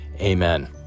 Amen